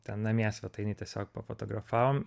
ten namie svetainėj tiesiog pafotografavom